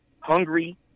hungry